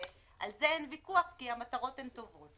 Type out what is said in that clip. על זה אין ויכוח כי המטרות הן טובות.